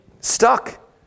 stuck